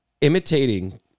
imitating